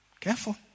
Careful